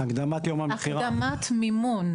תומר, הקדמת מימון.